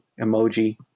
emoji